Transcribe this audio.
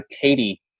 katie